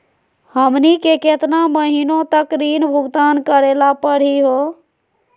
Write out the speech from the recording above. हमनी के केतना महीनों तक ऋण भुगतान करेला परही हो?